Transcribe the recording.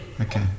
Okay